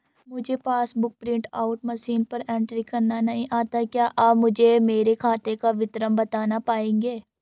मुझे passbook book print out machine पर entry करना नहीं आता है क्या आप मुझे मेरे खाते का विवरण बताना पाएंगे?